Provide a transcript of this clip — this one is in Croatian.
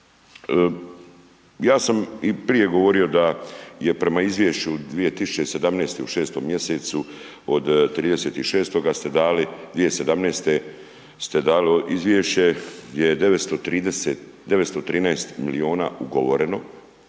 Ja sam i prije govorio da je prema izvješću u 2017. u 6 mjesecu, od 36-toga ste dali 2017. ste dali izvješće gdje je 913 milijuna ugovoreno